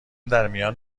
درمیان